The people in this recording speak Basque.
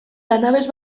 lanabes